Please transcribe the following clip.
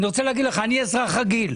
אני רוצה לומר לך - אני אזרח רגיל.